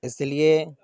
اس لیے